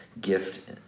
gift